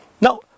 now